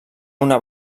una